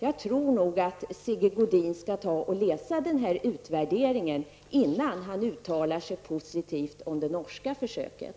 Jag tycker att Sigge Godin skall läsa denna utvärdering innan han uttalar sig positivt om det norska försöket.